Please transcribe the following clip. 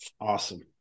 Awesome